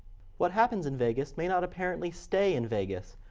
what happens in vegas may not apparently stay in vegas.